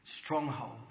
stronghold